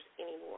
anymore